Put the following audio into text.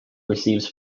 receives